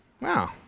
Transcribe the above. wow